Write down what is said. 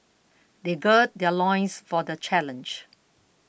they gird their loins for the challenge